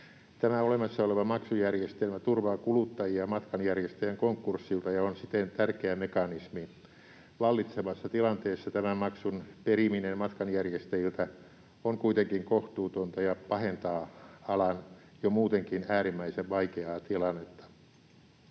Tämä olemassa oleva maksujärjestelmä turvaa kuluttajia matkanjärjestäjän konkurssilta, ja on siten tärkeä mekanismi. Vallitsevassa tilanteessa tämän maksun periminen matkanjärjestäjiltä on kuitenkin kohtuutonta ja pahentaa alan jo muutenkin äärimmäisen vaikeaa tilannetta.